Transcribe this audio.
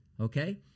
okay